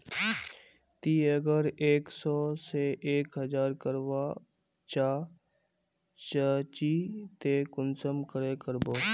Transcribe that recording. ती अगर एक सो से एक हजार करवा चाँ चची ते कुंसम करे करबो?